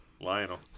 Lionel